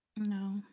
no